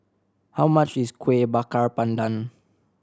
how much is Kuih Bakar Pandan